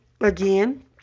again